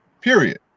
Period